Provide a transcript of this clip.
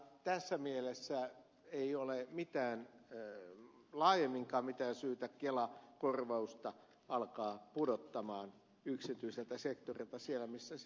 tässä mielessä ei ole laajemminkaan mitään syytä kelakorvausta alkaa pudottaa yksityiseltä sektorilta siellä missä sitä maksetaan